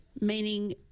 meaning